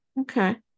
okay